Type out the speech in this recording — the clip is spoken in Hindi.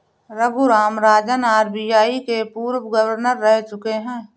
रघुराम राजन आर.बी.आई के पूर्व गवर्नर रह चुके हैं